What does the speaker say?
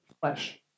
flesh